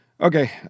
Okay